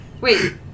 Wait